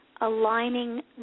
aligning